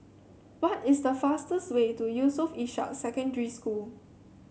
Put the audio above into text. what is the fastest way to Yusof Ishak Secondary School